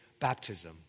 baptism